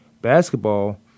basketball